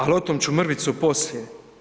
Ali o tom ću mrvicu poslije.